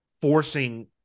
forcing